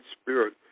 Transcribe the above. spirit